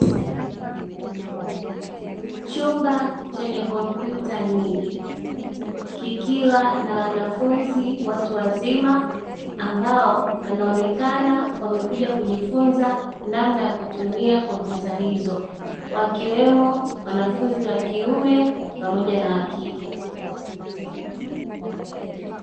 Chumba chenye kompyuta nyingi kikiwa na wanafunzi watu wazima ambao wanaonekana wamekuja kujifunza namna ya kutumia kompyuta hizo wakiwemo wanafunzi wa kiume pamoja na wa kike.